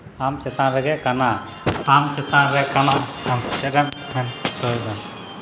ᱟᱢ ᱪᱮᱛᱟᱱ ᱨᱮᱜᱮ ᱠᱟᱱᱟ